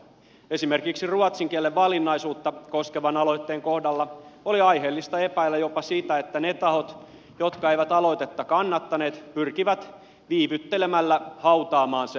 esimerkiksi ruotsin kielen valinnaisuutta koskevan aloitteen kohdalla oli aiheellista epäillä jopa sitä että ne tahot jotka eivät aloitetta kannattaneet pyrkivät viivyttelemällä hautaamaan sen valiokuntaan